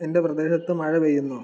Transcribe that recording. എൻ്റെ പ്രദേശത്ത് മഴ പെയ്യുന്നോ